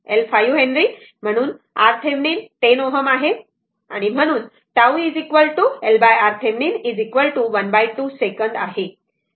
L 5 henry आणि RThevenin 10 Ω आहे म्हणून τ LRThevenin 12 सेकंद आहे बरोबर